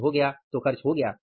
खर्च हो गया तो खर्च हो गया